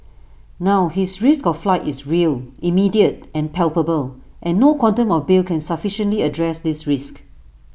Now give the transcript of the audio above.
now his risk of flight is real immediate and palpable and no quantum of bail can sufficiently address this risk